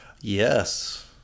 Yes